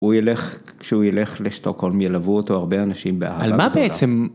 הוא ילך, כשהוא ילך לסטוקהולם, ילוו אותו הרבה אנשים באהבה. על מה בעצם...